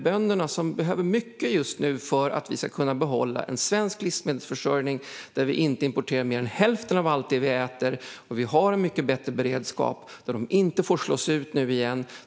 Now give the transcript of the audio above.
Bönderna behöver mycket just nu för att vi ska kunna behålla en svensk livsmedelsförsörjning där vi inte importerar mer än hälften av allt vi äter och har en mycket bättre beredskap. De får inte slås ut igen.